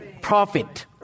Profit